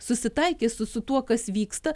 susitaikė su su tuo kas vyksta